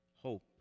hope